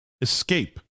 escape